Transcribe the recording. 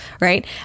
right